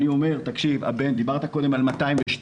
דיברת קודם על 202,